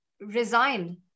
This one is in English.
resigned